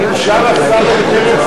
ישאל השר את פרץ סגל.